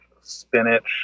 spinach